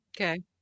Okay